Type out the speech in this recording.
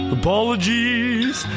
apologies